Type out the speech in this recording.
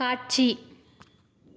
காட்சி